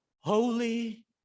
holy